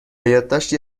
یادداشتی